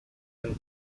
and